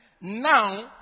Now